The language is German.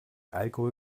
alkohol